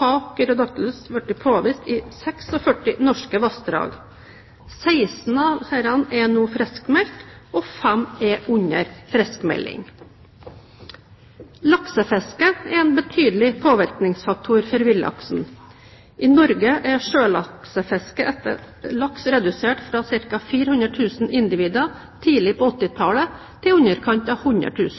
har Gyrodactylus vært påvist i 46 norske vassdrag. 16 av disse er nå friskmeldt, og 5 er under friskmelding. Laksefisket er en betydelig påvirkningsfaktor for villaksen. I Norge er sjøfisket etter laks redusert fra ca. 400 000 individer tidlig på 1980-tallet